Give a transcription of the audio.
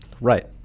Right